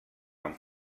amb